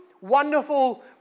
wonderful